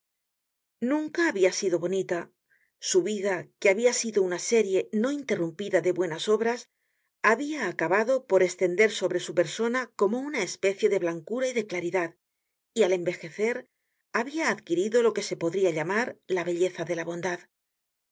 nunca habia sido bonita su vida que habia sido una serie no interrumpida de buenas obras habia acabado por estender sobre su persona como una especie de blancura y de claridad y al envejecer habia adquirido lo que se podria llamar la belleza de la bondad